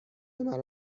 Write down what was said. مرا